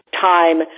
time